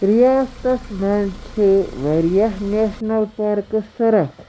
رِیاستَس منٛز چھِ واریاہ نیشنَل پارکہٕ سُرَخ